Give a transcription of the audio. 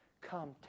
come